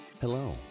Hello